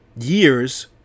years